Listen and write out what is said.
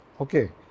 Okay